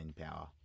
power